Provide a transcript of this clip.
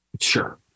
sure